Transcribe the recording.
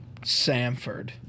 samford